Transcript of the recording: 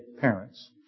parents